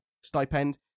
stipend